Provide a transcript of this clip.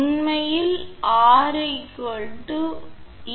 உண்மையில்𝑅 𝑒𝑟